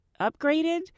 upgraded